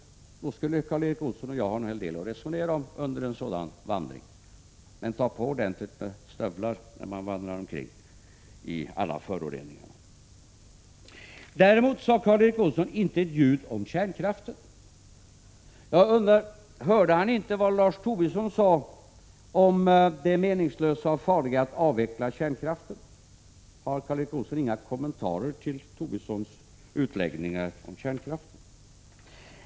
Under en sådan vandring skulle Karl Erik Olsson och jag ha en hel del att resonera om. Men det gäller att ta på sig ordentliga stövlar när man vandrar omkring bland alla föroreningar. Däremot sade Karl Erik Olsson inte ett ljud om kärnkraften. Hörde han inte vad Lars Tobisson sade om det meningslösa och farliga i att avveckla kärnkraften? Har Karl Erik Olsson inga kommentarer till Lars Tobissons utläggningar om kärnkraften?